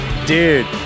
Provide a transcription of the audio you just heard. Dude